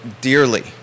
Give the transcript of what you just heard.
dearly